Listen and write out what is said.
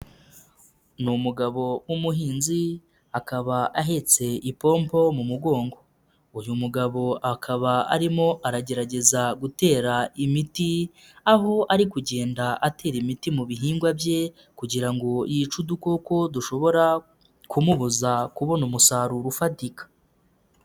Ni umugabo w'umuhinzi akaba ahetse ipompo mu mugongo, uyu mugabo akaba arimo aragerageza gutera imiti aho ari kugenda atera imiti mu bihingwa bye kugira ngo yice udukoko dushobora kumubuza kubona umusaruro ufatika.